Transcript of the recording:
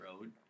road